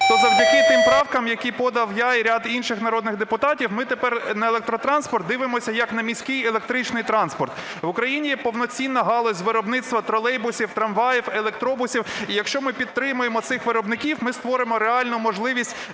завдяки тим правками, які подав я і ряд інших народних депутатів, ми тепер на електротранспорт дивимося як на міський електричний транспорт. В Україні повноцінна галузь з виробництва тролейбусів, трамваїв, електробусів, і якщо ми підтримаємо цих виробників, ми створимо реальну можливість